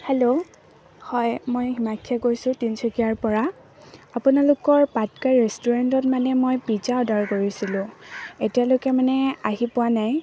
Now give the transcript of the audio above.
hello হয় মই হিমাক্ষীয়ে কৈছোঁ তিনিচুকীয়াৰ পৰা আপুনালোকৰ পাটকাই ৰেষ্টুৰেণ্টত মানে মই পিজ্জা অৰ্ডাৰ কৰিছিলোঁ এতিয়ালৈকে মানে আহি পোৱা নাই